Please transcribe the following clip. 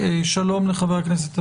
גם לסנגור וגם לנאשם.